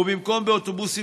ובמקום באוטובוסים,